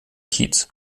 kiez